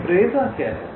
तो प्रेरणा क्या है